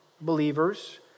believers